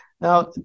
Now